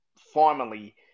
formally